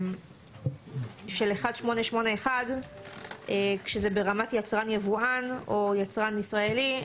של 1881 כשזה ברמת יצרן יבואן או יצרן ישראלי,